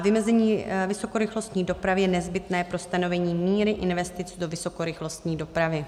Vymezení vysokorychlostní dopravy je nezbytné pro stanovení míry investic do vysokorychlostní dopravy.